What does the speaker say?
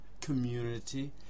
community